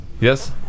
Yes